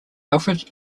alfred